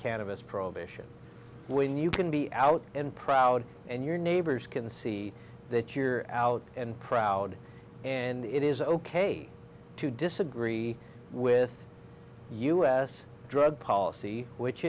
cannabis prohibition when you can be out and proud and your neighbors can see that you're out and proud and it is ok to disagree with u s drug policy which